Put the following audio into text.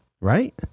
Right